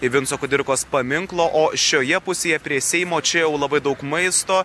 vinco kudirkos paminklo o šioje pusėje prie seimo čia jau labai daug maisto